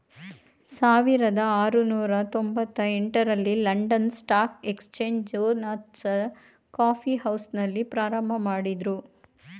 ಸಾವಿರದ ಆರುನೂರು ತೊಂಬತ್ತ ಎಂಟ ರಲ್ಲಿ London stock exchange Jonathan's coffee ಹೌಸ್ನಲ್ಲಿ ಪ್ರಾರಂಭಮಾಡಿದ್ರು